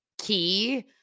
key